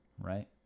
right